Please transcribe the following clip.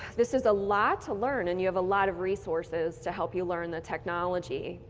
this is a lot to learn and you have a lot of resources to help you learn the technology.